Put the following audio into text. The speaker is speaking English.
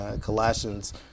Colossians